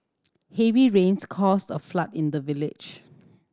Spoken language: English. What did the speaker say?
heavy rains caused a flood in the village